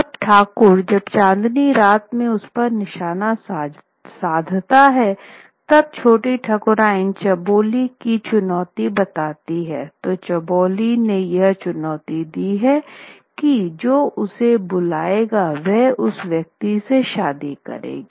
अब ठाकुर जब चांदनी रात में उसपर निशाना साधता है तब छोटी ठाकुरायन चबोली की चुनौती बताती है की चबोली ने यह चुनौती दी है की जो उसे बुलवाएगा वह उस व्यक्ति से शादी करेगी